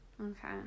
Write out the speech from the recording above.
Okay